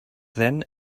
then